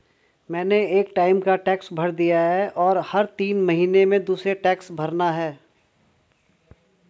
मैंने एक टाइम का टैक्स भर दिया है, और हर तीन महीने में दूसरे टैक्स भरना है